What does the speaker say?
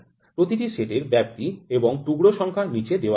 প্রতিটি সেটের ব্যাপ্তি এবং টুকরো সংখ্যা নীচে দেওয়া আছে